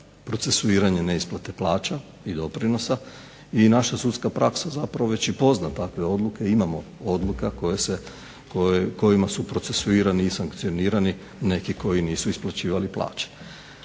procesuiranje neisplate plaća i doprinosa i naša sudska praksa zapravo već i pozna takve odluke i imamo odluka kojima su procesuirani i sankcionirani neki koji nisu isplaćivali plaće.